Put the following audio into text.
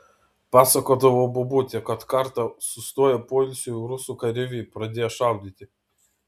pasakodavo bobutė kad kartą sustoję poilsiui rusų kareiviai pradėję šaudyti